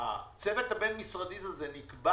הצוות הבין משרדי, נקבע